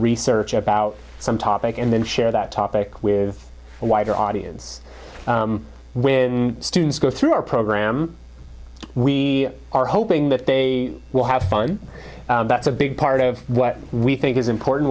research about some topic and then share that topic with a wider audience when students go through our program we are hoping that they will have fun that's a big part of what we think is important